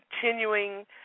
continuing